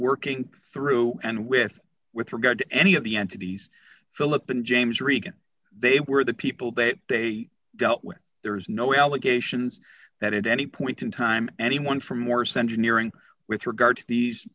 working through and with with regard to any of the entities philip and james regan they were the people that they dealt with there was no allegations that at any point in time anyone from or center nearing with regard to these